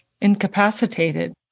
incapacitated